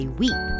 weep